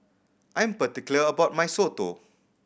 I'm particular about my soto